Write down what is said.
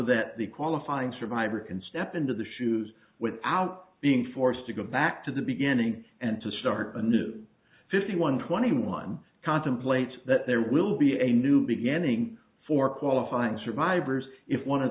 that the qualifying survivor can step into the shoes without being forced to go back to the beginning and to start a new fifty one twenty one contemplates that there will be a new beginning for qualifying survivors if one of